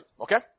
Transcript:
okay